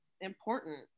important